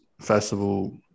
festival